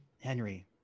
Henry